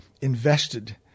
invested